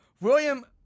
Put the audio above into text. William